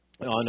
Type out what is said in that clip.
on